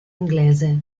inglese